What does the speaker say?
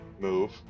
Move